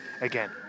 again